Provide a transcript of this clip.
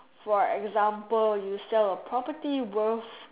for example you sell a property worth